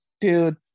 dude